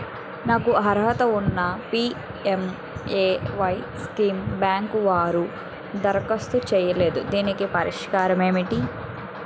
నాకు అర్హత ఉన్నా పి.ఎం.ఎ.వై స్కీమ్ బ్యాంకు వారు దరఖాస్తు చేయలేదు దీనికి పరిష్కారం ఏమిటి?